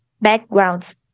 backgrounds